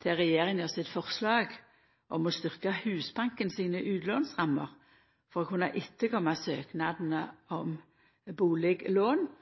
til regjeringa sitt forslag om å styrkja Husbanken sine utlånsrammer for å kunna innvilga søknadene om